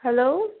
hello